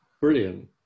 brilliant